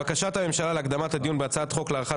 בקשת הממשלה להקדמת הדיון בהצעת חוק להארכת